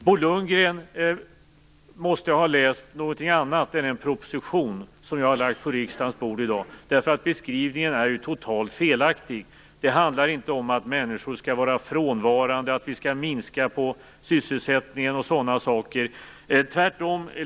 Bo Lundgren måste ha läst någonting annat än den proposition som jag har lagt på riksdagens bord i dag, därför att beskrivningen är ju totalt felaktig. Det handlar inte om att människor skall vara frånvarande, att vi skall minska på sysselsättningen och sådana saker, tvärtom.